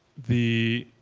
the